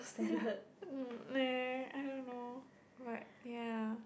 I don't know but ya